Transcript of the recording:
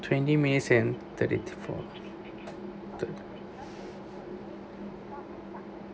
twenty minutes and thirty four